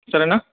సరేనా